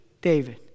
David